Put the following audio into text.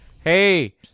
hey